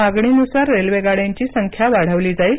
मागणीनुसार रेल्वेगाड्यांची संख्या वाढवली जाईल